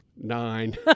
Nine